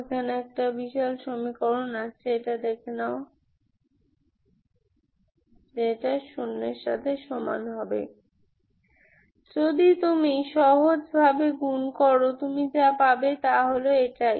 k2kk 2ndkdk 2xk1 2nd1x 0 যদি তুমি সহজভাবে গুণ করো তুমি যা পাবে তা এটাই